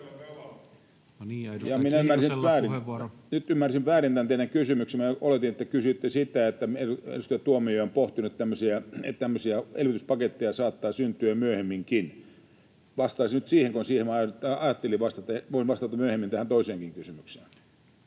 Nyt ymmärsin väärin tämän teidän kysymyksenne. Oletin, että kysyitte sitä, kun edustaja Tuomioja on pohtinut, että tämmöisiä elvytyspaketteja saattaa syntyä myöhemminkin. Vastaisin nyt siihen, kun siihen ajattelin vastata. Voin vastata myöhemmin tähän toiseenkin kysymykseen.